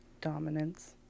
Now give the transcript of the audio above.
Dominance